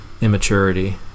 immaturity